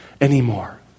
anymore